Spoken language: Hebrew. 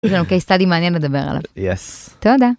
יש לנו קייס סטאדי מעניין לדבר עליו, תודה.